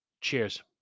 Cheers